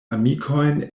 amikojn